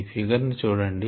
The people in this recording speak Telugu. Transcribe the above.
ఈ ఫిగర్ ని చూడండి